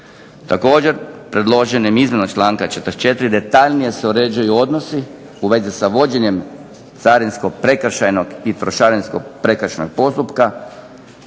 Također predloženim izmjenom članka 44 detaljnije se uređuju odnosi u vezi sa vođenjem carinskog prekršajnog i trošarinskog prekršajnog postupka,